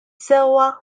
sewwa